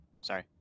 Sorry